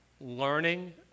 learning